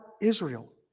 Israel